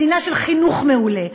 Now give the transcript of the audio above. מדינה של חינוך מעולה,